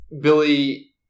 Billy